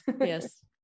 Yes